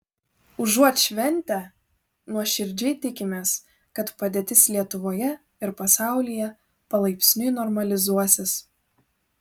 užuot šventę nuoširdžiai tikimės kad padėtis lietuvoje ir pasaulyje palaipsniui normalizuosis